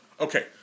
Okay